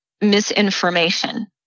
misinformation